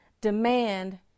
demand